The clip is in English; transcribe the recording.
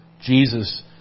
Jesus